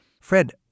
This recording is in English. Fred